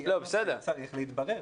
כי הנושא צריך להתברר.